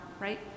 right